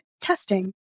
testing